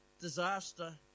disaster